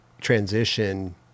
transition